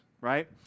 right